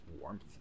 warmth